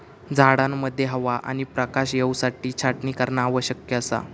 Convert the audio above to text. झाडांमध्ये हवा आणि प्रकाश येवसाठी छाटणी करणा आवश्यक असा